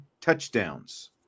touchdowns